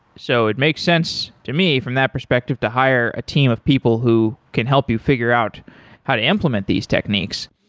so it makes sense to me from that perspective to hire a team of people who can help you figure out how to implement these techniques.